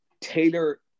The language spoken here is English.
Taylor